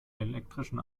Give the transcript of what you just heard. elektrischen